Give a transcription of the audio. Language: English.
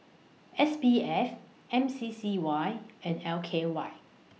S B F M C C Y and L K Y